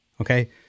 Okay